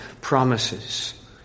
promises